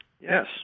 Yes